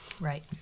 Right